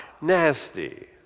nasty